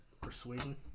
Persuasion